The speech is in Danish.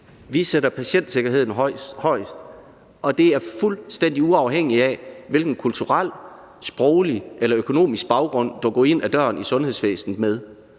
Vi sætter patientsikkerheden højest, og det er fuldstændig uafhængigt af, hvilken kulturel, sproglig eller økonomisk baggrund, du går ind af døren i sundhedsvæsenet med.